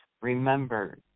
Remember